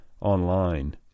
online